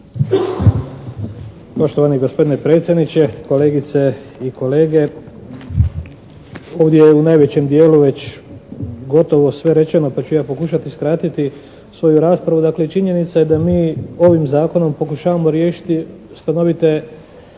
Poštovani gospodine predsjedniče, kolegice i kolege. Ovdje je u najvećem dijelu već gotovo sve rečeno pa ću ja pokušati skratiti svoju raspravu. Dakle, činjenica je da mi ovim zakonom pokušavamo riješiti stanovite